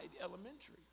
Elementary